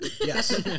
Yes